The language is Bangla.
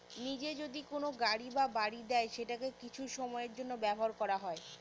নিজে যদি কোনো গাড়ি বা বাড়ি দেয় সেটাকে কিছু সময়ের জন্য ব্যবহার করা হয়